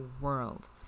world